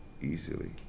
easily